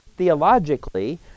Theologically